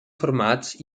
formats